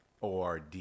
ORD